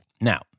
Now